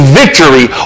victory